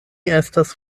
estas